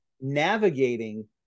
navigating